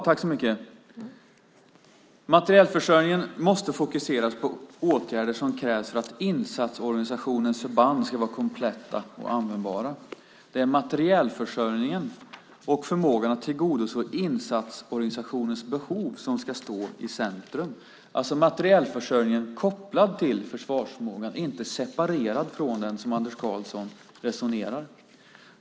Fru talman! Materielförsörjningen måste fokuseras på åtgärder som krävs för att insatsorganisationens förband ska vara kompletta och användbara. Det är materielförsörjningen och förmågan att tillgodose insatsorganisationens behov som ska stå i centrum, det vill säga materielförsörjningen kopplad till försvarsförmågan och inte separerad från den, som Anders Karlsson resonerar.